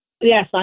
Yes